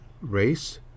race